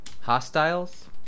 Hostiles